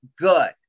good